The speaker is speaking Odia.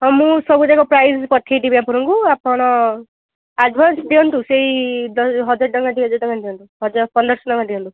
ହଁ ମୁଁ ସବୁ ଯାକ ପ୍ରାଇସ୍ ବି ମୁଁ ପଠାଇ ଦେବି ଆପଣଙ୍କୁ ଆପଣ ଆଡ଼ଭାନ୍ସ ଦିଅନ୍ତୁ ସେଇ ଦୁଇ ହଜାରେ ଦୁଇ ହଜାର ଟଙ୍କା ଦିଅନ୍ତୁ ହଜାର ପନ୍ଦର ଶହ ଟଙ୍କା ଦିଅନ୍ତୁ